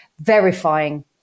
verifying